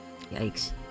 Yikes